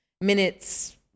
minutes